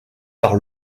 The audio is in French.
par